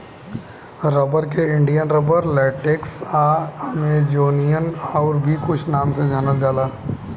rubber के Indian rubber, latex आ Amazonian आउर भी कुछ नाम से जानल जाला